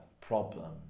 problem